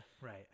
Right